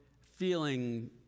feeling